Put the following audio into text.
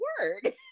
word